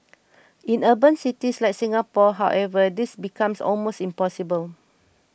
in urban cities like Singapore however this becomes almost impossible